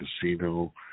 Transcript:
casino